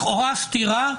לכאורה סתירה,